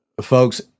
folks